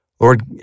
Lord